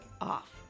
off